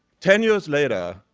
ten years later,